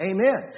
Amen